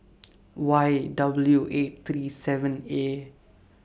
Y W eight three seven A